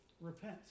Repent